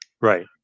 Right